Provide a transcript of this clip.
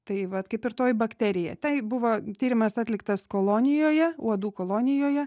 tai vat kaip ir toji bakterija tai buvo tyrimas atliktas kolonijoje uodų kolonijoje